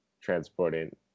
transporting